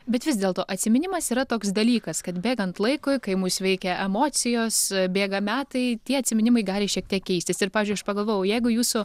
bet vis dėlto atsiminimas yra toks dalykas kad bėgant laikui kai mus veikia emocijos bėga metai tie atsiminimai gali šiek tiek keistis ir pavyzdžiui aš pagalvojau jeigu jūsų